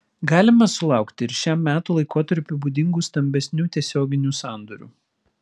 galime sulaukti ir šiam metų laikotarpiui būdingų stambesnių tiesioginių sandorių